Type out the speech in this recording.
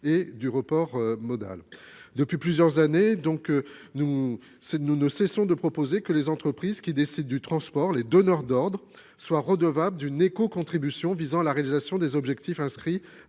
et le report modal. Depuis plusieurs années, nous ne cessons de proposer que les entreprises qui décident du transport, les donneurs d'ordres, soient redevables d'une écocontribution visant à la réalisation des objectifs inscrits